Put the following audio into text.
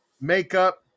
makeup